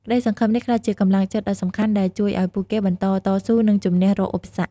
ក្ដីសង្ឃឹមនេះក្លាយជាកម្លាំងចិត្តដ៏សំខាន់ដែលជួយឲ្យពួកគេបន្តតស៊ូ និងជម្នះរាល់ឧបសគ្គ។